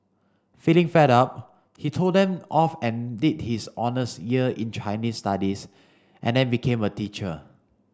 feeling fed up he told them off and did his honours year in Chinese Studies and then became a teacher